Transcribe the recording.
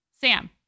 Sam